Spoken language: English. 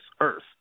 earth